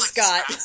Scott